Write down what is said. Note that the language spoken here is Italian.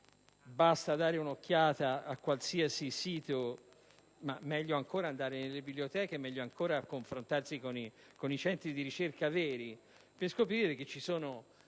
basta dare un'occhiata a qualsiasi sito, ma - meglio ancora - andare nelle biblioteche e confrontarsi con i centri di ricerca veri, per scoprire che ve ne